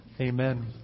Amen